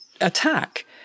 attack